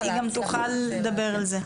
היא גם תוכל לדבר על זה.